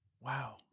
Wow